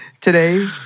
Today